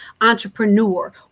entrepreneur